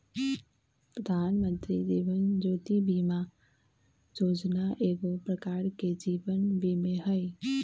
प्रधानमंत्री जीवन ज्योति बीमा जोजना एगो प्रकार के जीवन बीमें हइ